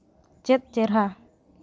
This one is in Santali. ᱪᱮᱫ ᱪᱮᱨᱦᱟ